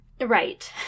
Right